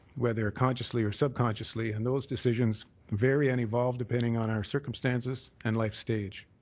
whether consciously or subconsciously, and those decisions vary and evolve depending on our circumstances and life stage.